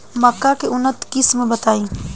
मक्का के उन्नत किस्म बताई?